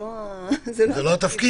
הדבר